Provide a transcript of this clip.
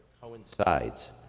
coincides